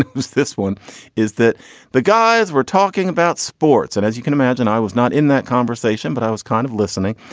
ah this one is that the guys we're talking about sports. and as you can imagine, i was not in that conversation, but i was kind of listening.